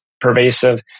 pervasive